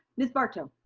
miss barto.